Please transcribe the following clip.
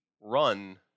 run